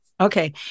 Okay